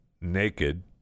naked